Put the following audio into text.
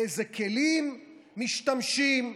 ובאיזה כלים משתמשים.